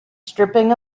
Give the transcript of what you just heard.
stripping